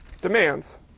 demands